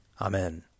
Amen